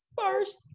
first